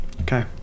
Okay